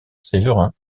séverin